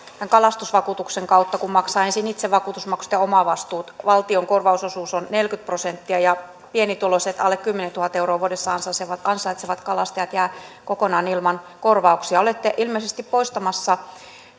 tämän kalastusvakuutuksen kautta kun maksaa ensin itse vakuutusmaksut ja omavastuut valtion korvausosuus on neljäkymmentä prosenttia pienituloiset alle kymmenentuhatta euroa vuodessa ansaitsevat ansaitsevat kalastajat jäävät kokonaan ilman kor vauksia olette ilmeisesti poistamassa